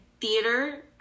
theater